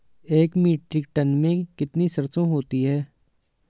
एक metric ton में कितनी सरसों होती है?